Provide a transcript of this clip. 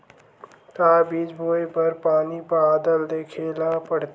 का बीज बोय बर पानी बादल देखेला पड़थे?